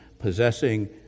Possessing